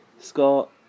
Scott